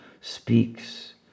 speaks